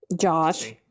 Josh